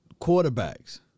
quarterbacks